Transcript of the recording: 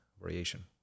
variation